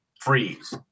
freeze